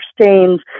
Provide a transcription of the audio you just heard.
stains